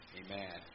amen